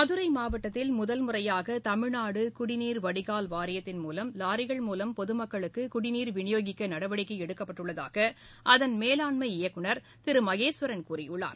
மதுரை மாவட்டத்தில் முதல் முறையாக தமிழ்நாடு குடிநீர் வடிகால் வாரியத்தின் மூலம் வாரிகள் மூலம் பொதுமக்களுக்கு குடிநீர் விநியோகிக்க நடவடிக்கை எடுக்கப்பட்டுள்ளதாக அதன் மேலாண்மை இயக்குநர் திரு மகேஸ்வரன் கூறியுள்ளார்